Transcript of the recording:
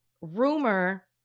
rumor